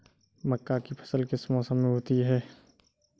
मक्का की फसल किस मौसम में होती है?